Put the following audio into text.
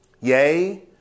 Yea